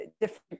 Different